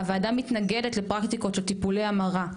הוועדה מתנגדת לפרקטיקות של טיפולי המרה,